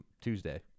Tuesday